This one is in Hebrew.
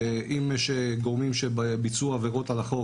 ואם יש גורמים שביצעו עבירות על החוק